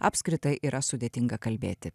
apskritai yra sudėtinga kalbėti